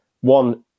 one